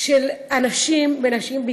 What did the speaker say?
של אנשים ונשים,